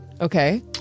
Okay